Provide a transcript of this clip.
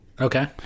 okay